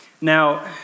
Now